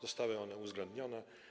Zostały one uwzględnione.